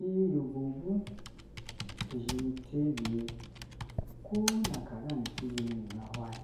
Iyi ubavwu izheme tibiye ko na ka ga ati zhe ni be hwayi